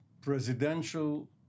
presidential